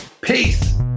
Peace